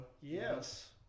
yes